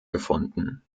gefunden